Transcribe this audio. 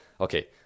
okay